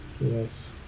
Yes